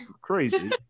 crazy